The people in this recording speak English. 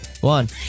one